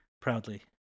proudly